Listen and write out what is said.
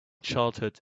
childhood